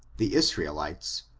the israelites,